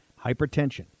Hypertension